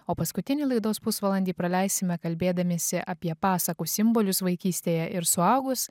o paskutinį laidos pusvalandį praleisime kalbėdamiesi apie pasakų simbolius vaikystėje ir suaugus